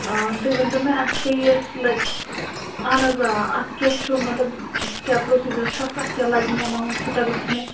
تُہۍ ؤنۍ تَو مےٚ اَتھ کیٛاہ یہِ فیٖس لگہِ اَہَن حظ آ اَتھ کیٛاہ چھُ مطلب کیٛاہ پروسیٖجَر چھُ اَتھ کیٛاہ لَگہِ مےٚ ایماوُنٛٹ کوٗتاہ گژھِ مےٚ